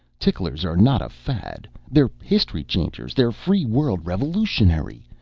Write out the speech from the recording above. ticklers are not a fad they're history-changers, they're free-world revolutionary!